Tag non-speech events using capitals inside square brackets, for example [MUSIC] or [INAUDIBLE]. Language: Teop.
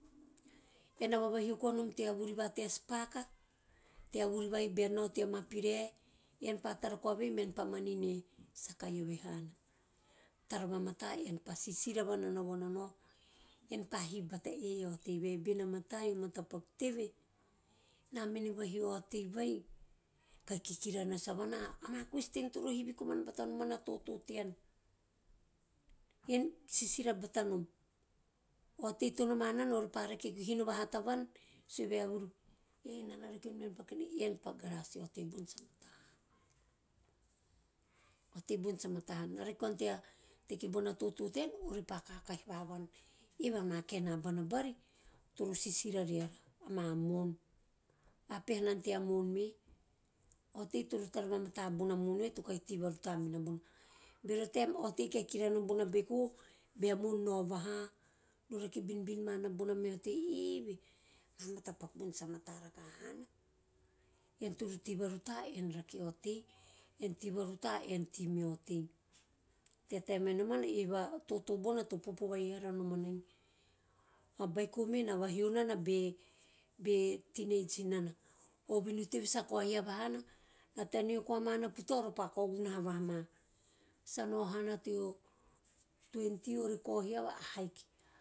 Ean na mo on hum tei a vurimata spaka, tea vuri vai bean nao teama pirae, ean pa tara koave mean pa manin e saka eove hana, tara vamata ean sisira va ranaona, ean pa hivi bata "e a potei vai bene a matai?" O matapaku teve? Ene mene vahio a otei vai kahi kikira nasu avana? Ama question toro hivi komana bata noman a toto tean. Ean sisira batanom, a otei to noma nana ova pa rake hino vahata van, sue vaevuru ena na rakenom bean paku ven, ean pa garas vaevuru a otei bona sa mata hana- a otei bona sa mata hana, na rake koana tea teki bona toto sirira riara, a mo`on vapeha nana. Tea ma mo`on me a otei toro tara vamata rakaha bona mo`on vai to kahi tei va ruta uninana bona, bero taem a otei kahi kikira nana bona beiko bea mo`on nao vaha nao rake binbin nana bona meha otei [HESITATION] eve ama metapaku bona sa mata rakaha hana. Ean toro tei va ruta, ean rake otei, ean tei va ruta ean tei mea otei. Tea taem vai nomanai, eve a toto bona to popo vai ara nomanai, a beiko me na vahio nana be - be teenage nana, o vinu teve sa kao hiava hana, na tanea koamana puta ore pa kao gunaha vahama sa nao hana, teo twenty ore kao hiava.